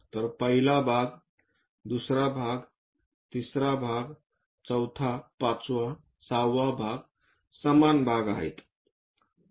तर पहिला भाग दुसरा भाग तिसरा भाग चौथा पाचवा सहावा भाग समान भाग आहेत